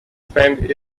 spent